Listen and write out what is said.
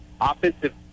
offensive